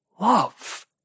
love